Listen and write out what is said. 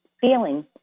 feelings